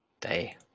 day